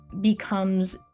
becomes